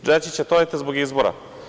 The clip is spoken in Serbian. Reći će – to radite zbog izbora.